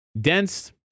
dense